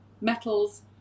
metals